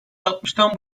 altmıştan